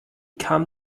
kam